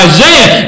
Isaiah